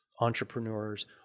entrepreneurs